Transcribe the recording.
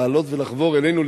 לעלות ולחבור אלינו,